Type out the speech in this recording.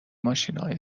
ماشینهای